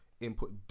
input